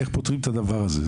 איך פותרים את הדבר הזה?